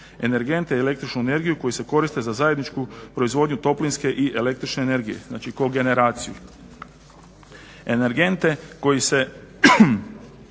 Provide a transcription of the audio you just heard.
energente i električnu energiju koji se koriste za zajedničku proizvodnju toplinske i električne energije, znači kogeneraciju. Energente koji se